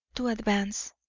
to advance.